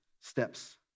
steps